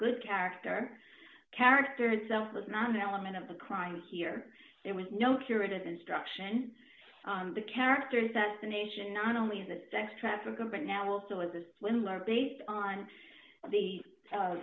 good character character itself was not an element of the crime here there was no curative instruction the character assassination not only of the sex trafficking but now also as a swindler based on the